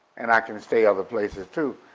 and i can stay other places too,